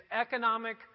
economic